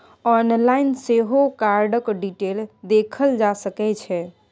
online सेहो कार्डक detail देखल जा सकै छै